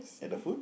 at the food